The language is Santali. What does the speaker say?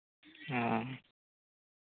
ᱚᱸᱻ